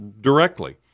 directly